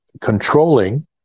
controlling